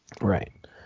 Right